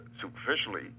superficially